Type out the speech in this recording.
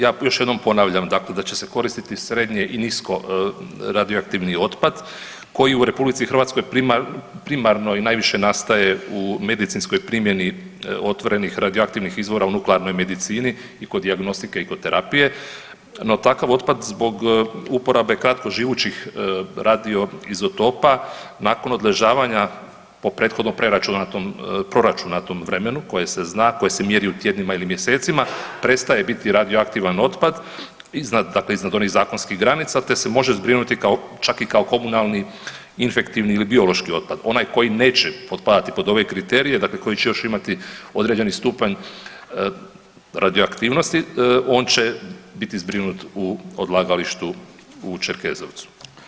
Ja još jednom ponavljam da će se koristiti srednje i nisko radioaktivni otpad koji u RH primarno i najviše nastaje u medicinskoj primjeni otvorenih radioaktivnih izvora u nuklearnoj medicini i kod dijagnostike i kod terapije, no takav otpad zbog uporabe kratko živućih radio izotopa nakon odležavanja po prethodnom proračunatom vremenu koje se zna, koje se mjeri u tjednima ili mjesecima, prestaje biti radioaktivan otpad iznad onih zakonskih granica te se može zbrinuti čak i kao komunalni infektivni ili biološki otpad onaj koji neće podpadati pod ove kriterije dakle koji će još imati određeni stupanj radioaktivnosti on će biti zbrinut u odlagalištu u Čerkezovcu.